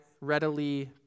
readily